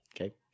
Okay